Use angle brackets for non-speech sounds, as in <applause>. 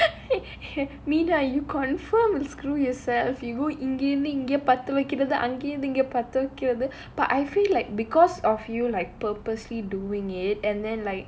<laughs> meena you confirm will screw yourself you go in இங்க இருந்து அங்க பத்த வைக்குறது அங்க இருந்து இங்க பத்த வைக்குறது:inga irunthu anga patha vaikurathu anga irunthu inga patha vaikurathu but I feel like because of you like purposely doing it and then like